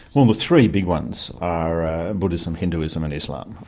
well, the three big ones are buddhism, hinduism and islam,